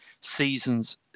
season's